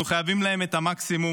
אנחנו חייבים להם את המקסימום,